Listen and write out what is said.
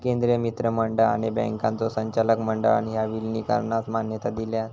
केंद्रीय मंत्रिमंडळ आणि बँकांच्यो संचालक मंडळान ह्या विलीनीकरणास मान्यता दिलान